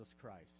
Christ